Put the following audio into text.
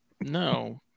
No